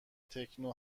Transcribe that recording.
تکنو